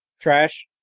trash